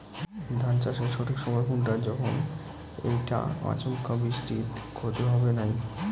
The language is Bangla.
ধান চাষের সঠিক সময় কুনটা যখন এইটা আচমকা বৃষ্টিত ক্ষতি হবে নাই?